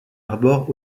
arbore